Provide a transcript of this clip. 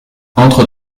entre